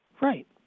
Right